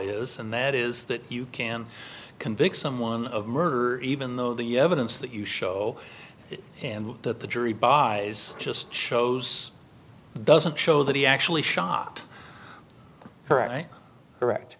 is and that is that you can convict someone of murder even though the evidence that you show and that the jury buys just shows doesn't show that he actually shot